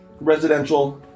residential